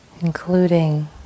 Including